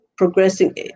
progressing